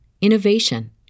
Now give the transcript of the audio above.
innovation